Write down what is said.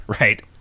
right